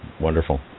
wonderful